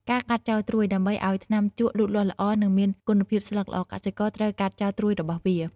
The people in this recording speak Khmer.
ការកាត់ចោលត្រួយ ដើម្បីឱ្យថ្នាំជក់លូតលាស់ល្អ និងមានគុណភាពស្លឹកល្អ កសិករត្រូវកាត់ចោលត្រួយរបស់វា។